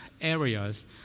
areas